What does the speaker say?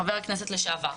חבר הכנסת לשעבר,